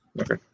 okay